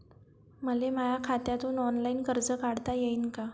मले माया खात्यातून ऑनलाईन कर्ज काढता येईन का?